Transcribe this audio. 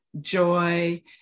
joy